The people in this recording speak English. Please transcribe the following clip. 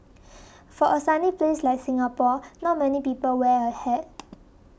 for a sunny place like Singapore not many people wear a hat